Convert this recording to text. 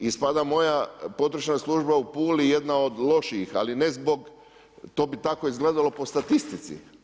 Ispada moja područna služba u Puli jedna od lošijih, ali ne zbog to bi tako izgledalo po statistici.